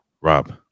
Rob